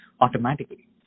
automatically